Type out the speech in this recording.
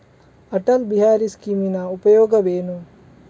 ಅಟಲ್ ಬಿಹಾರಿ ಸ್ಕೀಮಿನ ಉಪಯೋಗವೇನು?